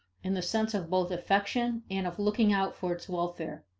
in the sense of both affection and of looking out for its welfare.